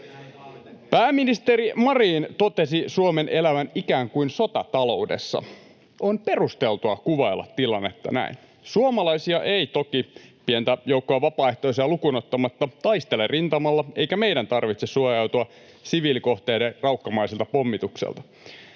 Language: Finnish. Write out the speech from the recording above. Pääministeri Marin totesi Suomen elävän ikään kuin sotataloudessa. On perusteltua kuvailla tilannetta näin. Suomalaisia ei toki, pientä joukkoa vapaaehtoisia lukuun ottamatta, taistele rintamalla, eikä meidän tarvitse suojautua siviilikohteiden raukkamaisilta pommituksilta.